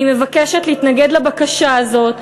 אני מבקשת להתנגד לבקשה הזאת,